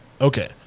Okay